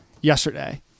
yesterday